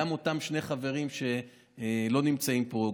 גם אותם שני חברים שלא נמצאים פה,